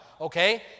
okay